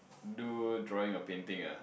do drawing or painting ah